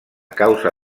causa